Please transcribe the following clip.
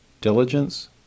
Diligence